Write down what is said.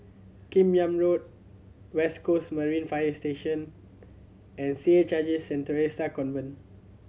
Kim Yam Road West Coast Marine Fire Station and C H I J Saint Theresa's Convent